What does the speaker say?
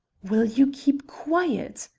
will you keep quiet?